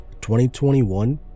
2021